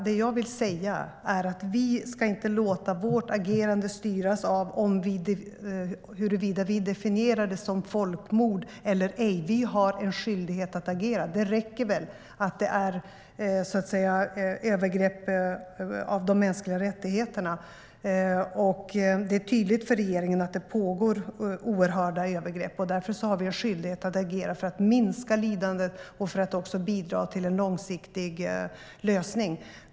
Det jag vill säga är att vi inte ska låta vårt agerande styras av huruvida vi definierar det som folkmord eller ej. Vi har en skyldighet att agera. Det räcker väl att det är övergrepp mot de mänskliga rättigheterna. Det är tydligt för regeringen att det pågår oerhörda övergrepp, och därför har vi en skyldighet att agera för att minska lidandet och för att bidra till en långsiktig lösning.